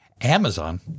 Amazon